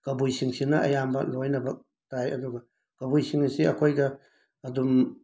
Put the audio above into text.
ꯀꯕꯨꯏꯁꯤꯡꯁꯤꯅ ꯑꯌꯥꯝꯕ ꯂꯣꯏꯅꯃꯛ ꯇꯥꯏ ꯑꯗꯨꯒ ꯀꯕꯨꯏꯁꯤꯡ ꯑꯁꯤ ꯑꯩꯈꯣꯏꯒ ꯑꯗꯨꯝ